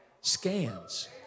scans